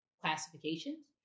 classifications